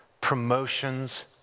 promotions